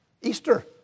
Easter